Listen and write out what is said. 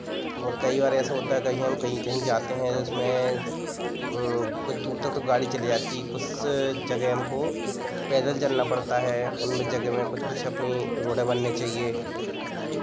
और कई बार ऐसे होता है कभी हम कहीं कहीं जाते हैं उसमें कुछ दूर तक तो गाड़ी चली जाती है कुछ जगह हमको पैदल चलना पड़ता है उनमें जगह में कुछ कुछ अपनी रोड बनने चाहिए